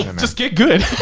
and just get good.